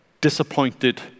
disappointed